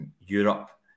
Europe